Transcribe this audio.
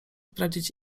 sprawdzić